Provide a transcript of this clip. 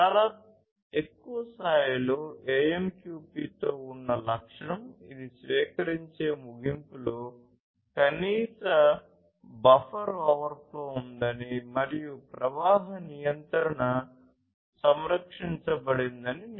చాలా ఎక్కువ స్థాయిలో AMQP తో ఉన్న లక్షణం ఇది స్వీకరించే ముగింపులో కనీస బఫర్ ఓవర్ఫ్లో ఉందని మరియు ప్రవాహ నియంత్రణ సంరక్షించబడిందని నిర్ధారించడo